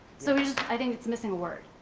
so i think it's missing word.